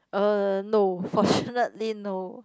err no fortunately no